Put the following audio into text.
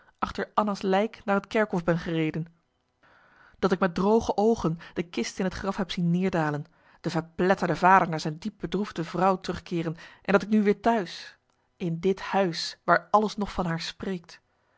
achter anna's lijk naar het kerkhof ben gereden dat ik met droge oogen de kist in het graf heb zien neerdalen de verpletterde vader naar zijn diep bedroefde vrouw terugkeeren en dat ik nu weer t'huis in dit huis waar alles nog van haar spreekt